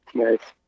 nice